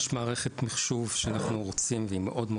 יש מערכת מחשוב שאנחנו רוצים והיא מאוד-מאוד